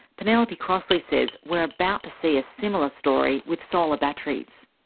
penelope crossley says we're about to see a similar story with solar batteries.